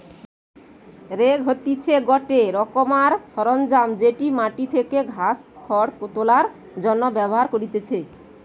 rake হতিছে গটে রোকমকার সরঞ্জাম যেটি মাটি থেকে ঘাস, খড় তোলার জন্য ব্যবহার করতিছে